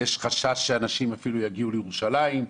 יש חשש שאנשים אפילו יגיעו לירושלים.